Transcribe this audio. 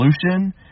solution